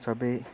सबै